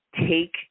Take